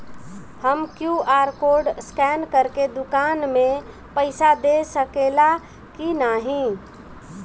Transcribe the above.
हम QR code scan करके दुकान में पईसा दे सकेला की नाहीं?